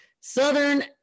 southern